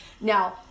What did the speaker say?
Now